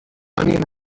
onion